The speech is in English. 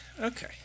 Okay